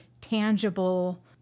tangible